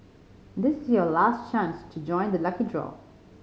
this is your last chance to join the lucky draw